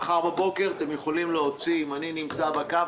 אם אני נמצא בקו,